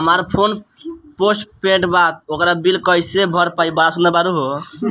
हमार phone postpaid बा ओकर बिल कईसे भर पाएम?